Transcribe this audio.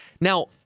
Now